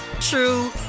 true